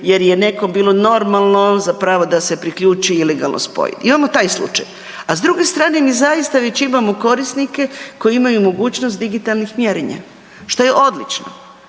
jer je nekom bilo normalno zapravo da se priključi i ilegalno spoji. Imamo taj slučaj, a s druge strane mi zaista već imamo korisnike koji imaju mogućnost digitalnih mjerenja što je odlično.